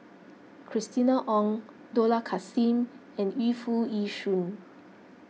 Christina Ong Dollah Kassim and Yu Foo Yee Shoon